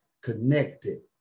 connected